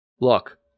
Look